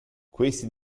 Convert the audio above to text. questi